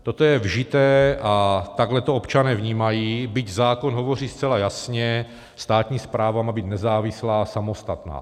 Toto je vžité a takhle to občané vnímají, byť zákon hovoří zcela jasně, státní správa má být nezávislá, samostatná.